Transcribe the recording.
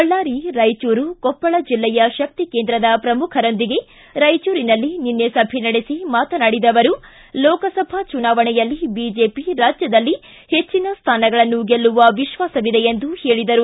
ಬಳ್ಳಾರಿ ರಾಯಚೂರು ಕೊಪ್ಪಳ ಜಿಲ್ಲೆಯ ಶಕ್ತಿ ಕೇಂದ್ರದ ಪ್ರಮುಖರೊಂದಿಗೆ ರಾಯಚೂರಿನಲ್ಲಿ ನಿನ್ನೆ ಸಭೆ ನಡೆಸಿ ಮಾತನಾಡಿದ ಅವರು ಲೋಕಸಭಾ ಚುನಾವಣೆಯಲ್ಲಿ ಬಿಜೆಪಿ ರಾಜ್ಯದಲ್ಲಿ ಹೆಚ್ಚನ ಸ್ವಾನಗಳನ್ನು ಗೆಲ್ಲುವ ವಿಶ್ವಾಸವಿದೆ ಎಂದರು